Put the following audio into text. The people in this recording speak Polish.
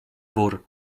wór